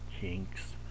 kinks